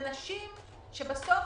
לנשים שבסוף,